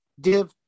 Div